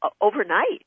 overnight